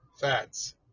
Fats